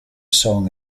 song